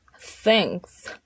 Thanks